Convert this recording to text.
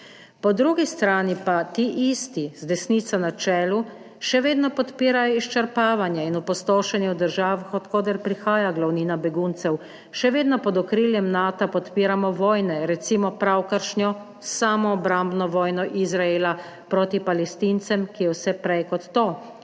Po drugi strani pa ti isti z desnico na čelu še vedno podpirajo izčrpavanje in opustošenje v državah, od koder prihaja glavnina beguncev, še vedno pod okriljem Nata podpiramo vojne recimo pravkaršnjo samoobrambno vojno Izraela proti Palestincem, ki je vse prej kot to, ki je